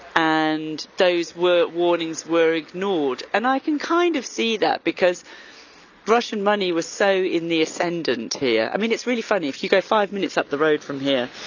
and those warnings were ignored. and i can kind of see that because russian money was so in the ascendent here. i mean it's really funny if you go five minutes up the road from here,